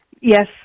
Yes